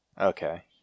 Okay